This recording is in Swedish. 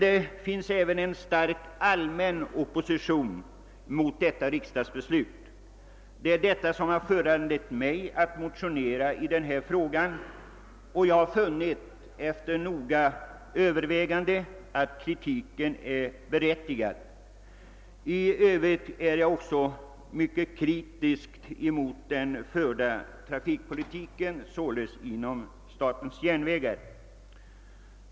Det finns också en stark allmän opposition mot beslutet. Detta har föranlett mig att motionera i denna fråga, då jag efter noggrant övervägande funnit att kritiken är berättigad. Jag är för övrigt mycket kritiskt inställd till den trafik politik som förts inom statens järnvägar.